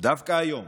דווקא היום,